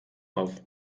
auf